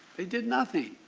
they did nothing!